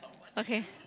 okay